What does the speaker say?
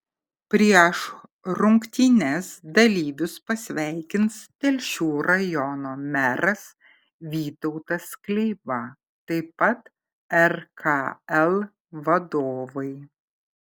prieš rungtynes dalyvius pasveikins telšių rajono meras vytautas kleiva taip pat rkl vadovai